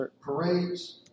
parades